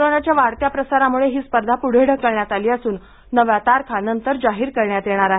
कोरोनाच्या वाढत्या प्रसारामुळे ही स्पर्ध पुढे ढकलण्यात आली असून नव्या तारखा नंतर जाहीर करण्यात येणार आहेत